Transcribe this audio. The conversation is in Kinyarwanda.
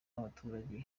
w’abaturage